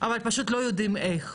אבל פשוט לא יודעים איך,